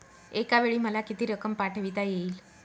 एकावेळी मला किती रक्कम पाठविता येईल?